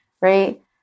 right